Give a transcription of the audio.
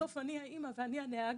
בסוף אני האימא ואני הנהגת,